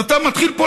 אז אתה מתחיל פה,